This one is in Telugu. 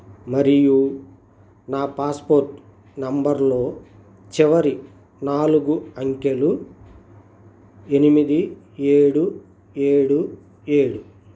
మరియు నా పాస్పోర్ట్ నంబర్లో చివరి నాలుగు అంకెలు ఎనిమిది ఏడు ఏడు ఏడు